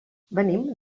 venim